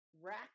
rack